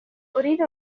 أريد